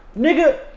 nigga